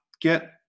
get